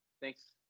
thanks